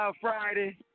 Friday